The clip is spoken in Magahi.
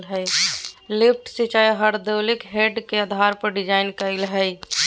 लिफ्ट सिंचाई हैद्रोलिक हेड के आधार पर डिजाइन कइल हइ